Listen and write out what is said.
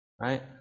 right